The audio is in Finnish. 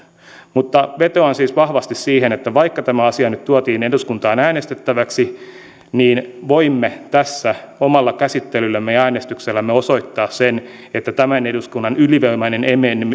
mutta vetoan siis vahvasti siihen että vaikka tämä asia nyt tuotiin eduskuntaan äänestettäväksi niin voimme tässä omalla käsittelyllämme ja äänestyksellämme osoittaa sen että tämän eduskunnan ylivoimainen